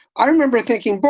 i remember thinking, boy,